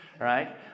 right